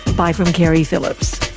bye from keri phillips